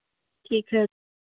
ठीक है